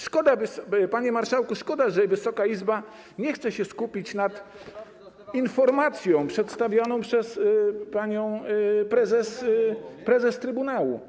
Szkoda, panie marszałku, że Wysoka Izba nie chce się skupić nad informacją przedstawioną przez panią prezes trybunału.